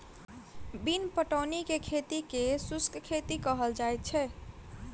बिन पटौनीक खेती के शुष्क खेती कहल जाइत छै